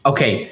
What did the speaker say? Okay